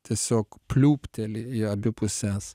tiesiog pliūpteli į abi puses